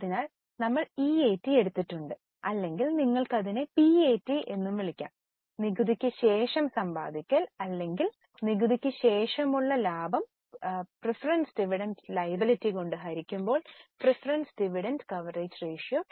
അതിനാൽ ഇപ്പോൾ നമ്മൾ EAT എടുത്തിട്ടുണ്ട് അല്ലെങ്കിൽ നിങ്ങൾക്ക് ഇതിനെ PAT എന്നും വിളിക്കാം നികുതിയ്ക്ക് ശേഷം സമ്പാദിക്കൽ അല്ലെങ്കിൽ നികുതിയ്ക്കു ശേഷമുള്ള ലാഭം പ്രീഫെറെൻസ് ഡിവിഡന്റ് ലിവബിലിറ്റി കൊണ്ട് ഹരിക്കുമ്പോൾ പ്രീഫെറെൻസ് ഡിവിഡൻഡ് കോവേറേയ്ജ് റേഷ്യോ